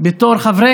בתור חבר,